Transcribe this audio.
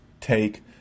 take